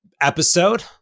episode